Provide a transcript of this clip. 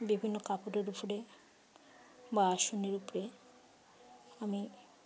বিভিন্ন কাপড়ের উপরে বা আসনের উপরে আমি